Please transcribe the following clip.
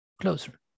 closer